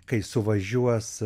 kai suvažiuos